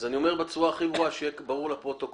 אני אומר בצורה הכי ברורה, שיהיה ברור לפרוטוקול,